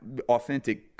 authentic